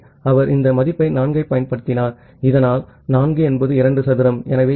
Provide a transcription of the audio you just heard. ஆகவே அவர் இந்த மதிப்பை 4 ஐப் பயன்படுத்தினார் இதனால் 4 என்பது 2 சதுரம்